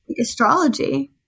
astrology